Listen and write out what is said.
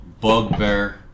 bugbear